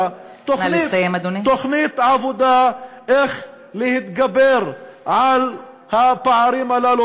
תוכנית עבודה איך להתגבר על הפערים הללו.